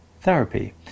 therapy